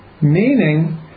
meaning